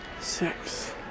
six